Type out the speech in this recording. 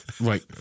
right